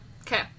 okay